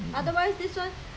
like last time I mean last